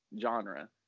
genre